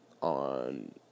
On